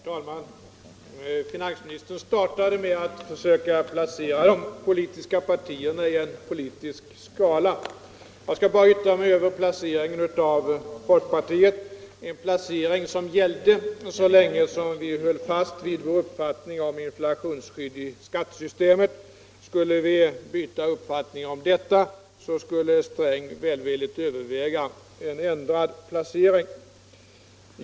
Herr talman! Finansministern startade med att försöka placera de politiska partierna efter en skala. Jag skall bara yttra mig över placeringen av folkpartiet. Denna placering skulle enligt herr Sträng gälla så länge vi står fast vid vår uppfattning om inflationsskydd i skattesystemet. Om folkpartiet skulle ändra uppfattning om detta skulle herr Sträng välvilligt överväga en ändrad placering.